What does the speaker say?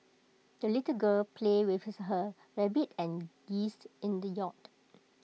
the little girl played with her rabbit and geese in the yard